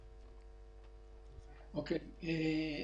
פרופ' אבי בן בסט.